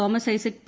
Thomas Isaac P